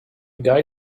guy